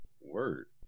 Word